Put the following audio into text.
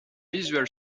visual